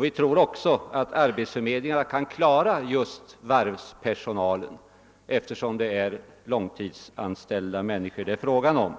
Vi tror också att arbetsförmedlingarna kan klara just varvspersonalen eftersom det är fråga om långtidsanställda människor.